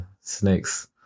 snakes